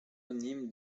anonyme